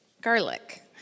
garlic